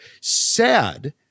sad